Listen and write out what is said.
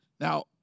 Now